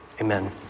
Amen